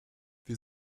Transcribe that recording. wir